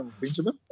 Benjamin